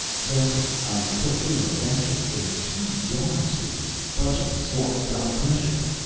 gussy, i've put through a voucher for two yards for you. budgeting squawked, but i pressured em.